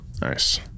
Nice